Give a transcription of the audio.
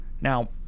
Now